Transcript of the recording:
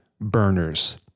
burners